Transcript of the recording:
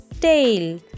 tail